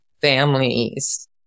families